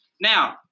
Now